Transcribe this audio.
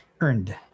earned